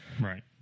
right